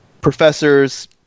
professors